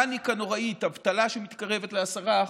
פניקה נוראית, אבטלה שמתקרבת ל-10%,